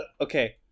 okay